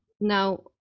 Now